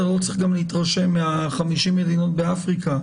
לא צריך להתרשם מ-50 המדינות באפריקה.